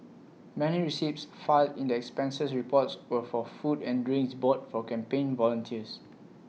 many receipts filed in the expenses reports were for food and drinks bought for campaign volunteers